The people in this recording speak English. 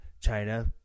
China